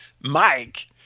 Mike